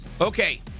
Okay